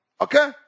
Okay